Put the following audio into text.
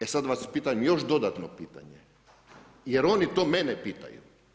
E sad vas pitam još dodatno pitanje jer oni to mene pitaju.